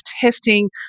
testing